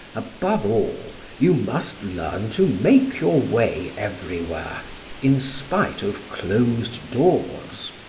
above all, you must learn to make your way everywhere in spite of closed doors.